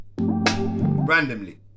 Randomly